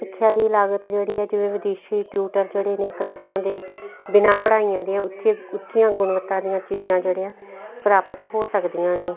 ਸਿੱਖਿਆ ਦੀ ਲਾਗਤ ਜਿਹੜੀ ਆ ਜਿਵੇਂ ਵਿਦੇਸ਼ੀ ਟਿਊਟਰ ਜਿਹੜੇ ਨੇ ਕਲਾਸਾਂ ਦੇ ਬਿਨਾਂ ਪੜ੍ਹਾਈਆਂ ਦੇ ਉੱਚੇ ਉੱਚੀਆਂ ਗੁਣਵੱਤਾ ਦੀਆਂ ਚੀਜ਼ਾਂ ਜਿਹੜੀਆਂ ਪ੍ਰਾਪਤ ਹੋ ਸਕਦੀਆਂ ਨੇ